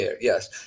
Yes